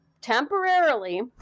temporarily